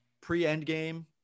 Pre-endgame